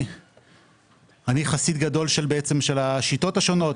אני חסיד גדול בעצם של השיטות השונות,